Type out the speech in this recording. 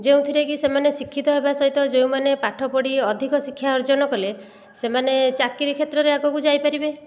ଯେଉଁଥିରେକି ସେମାନେ ଶିକ୍ଷିତ ହେବା ସହିତ ଯେଉଁମାନେ ପାଠ ପଢ଼ି ଅଧିକ ଶିକ୍ଷା ଅର୍ଜନ କଲେ ସେମାନେ ଚାକିରି କ୍ଷେତ୍ରରେ ଆଗକୁ ଯାଇପାରିବେ